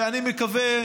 ואני גם מקווה,